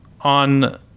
on